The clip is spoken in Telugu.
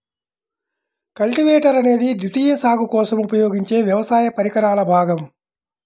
కల్టివేటర్ అనేది ద్వితీయ సాగు కోసం ఉపయోగించే వ్యవసాయ పరికరాల భాగం